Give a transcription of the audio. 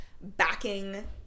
backing